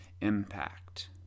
impact